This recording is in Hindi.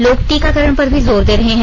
लोग टीकाकरण पर भी जोर दे रहे हैं